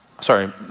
Sorry